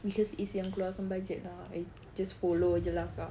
because izz yang keluarkan budget lah I just follow jer lah kak